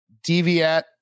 Deviat